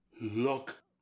Look